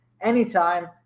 Anytime